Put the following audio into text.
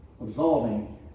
absolving